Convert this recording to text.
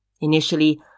Initially